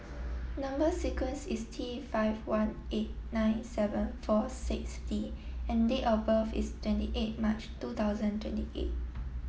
number sequence is T five one eight nine seven four six D and date of birth is twenty eight March two thousand twenty eight